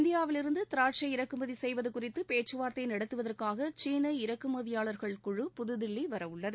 இந்தியாவிலிருந்து திராட்சை இறக்குமதி செய்வது குறித்து பேச்சுவார்த்தை நடத்துவதற்காக சீன இறக்குமதியாளர்கள் குழு புதுதில்லி வரவுள்ளது